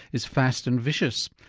is fast and vicious.